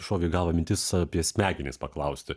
šovė į galvą mintis apie smegenis paklausti